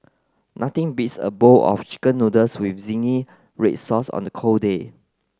nothing beats a bowl of chicken noodles with zingy red sauce on the cold day